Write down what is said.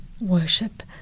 worship